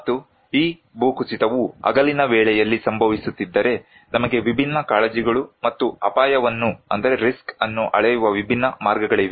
ಮತ್ತು ಈ ಭೂಕುಸಿತವು ಹಗಲಿನ ವೇಳೆಯಲ್ಲಿ ಸಂಭವಿಸುತ್ತಿದ್ದರೆ ನಮಗೆ ವಿಭಿನ್ನ ಕಾಳಜಿಗಳು ಮತ್ತು ಅಪಾಯವನ್ನು ಅಳೆಯುವ ವಿಭಿನ್ನ ಮಾರ್ಗಗಳಿವೆ